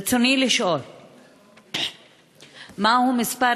רצוני לשאול: 1. מהו מספר